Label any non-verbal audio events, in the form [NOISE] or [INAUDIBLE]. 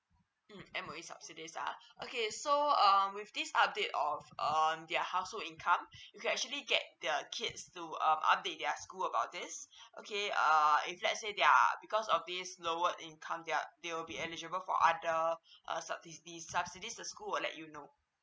um M_O_E subsidies ah [BREATH] okay so um with this update of um their household income [BREATH] you can actually get their kids to um update their school about this [BREATH] okay err if let's say their because of this lower income they they'll be eligible for other [BREATH] uh subsidies subsidies the school will let you know